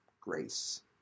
grace